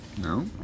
No